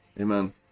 Amen